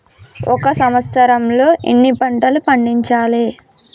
ఒక సంవత్సరంలో ఎన్ని పంటలు పండించాలే?